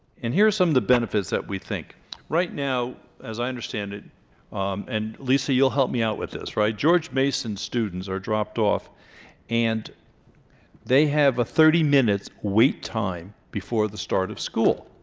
and here are some of the benefits that we think right now as i understand it and lisa you'll help me out with this right george mason students are dropped off and they have a thirty minute wait time before the start of school